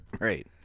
Right